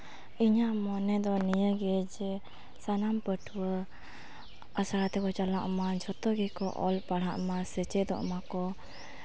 ᱤᱧᱟᱹᱜ ᱢᱚᱱᱮ ᱫᱚ ᱱᱤᱭᱟᱹᱜᱮ ᱡᱮ ᱥᱟᱱᱟᱢ ᱯᱟᱹᱴᱷᱩᱣᱟᱹ ᱟᱥᱲᱟ ᱛᱮᱠᱚ ᱪᱟᱞᱟᱜ ᱢᱟ ᱡᱷᱚᱛᱚ ᱜᱮᱠᱚ ᱚᱞ ᱯᱟᱲᱦᱟᱜ ᱢᱟ ᱥᱮ ᱥᱮᱪᱮᱫᱚᱜ ᱢᱟᱠᱚ